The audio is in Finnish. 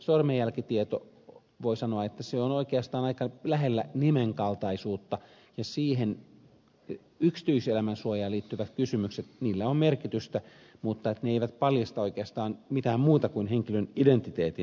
sormenjälkitieto voi sanoa on oikeastaan aika lähellä nimen kaltaisuutta ja siinä yksityiselämän suojaan liittyvillä kysymyksillä on merkitystä mutta ne eivät paljasta oikeastaan mitään muuta kuin henkilön identiteetin tältä osin